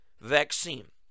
vaccine